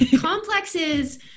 complexes